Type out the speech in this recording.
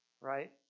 right